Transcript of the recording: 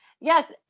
Yes